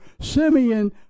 Simeon